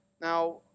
Now